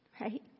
right